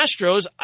Astros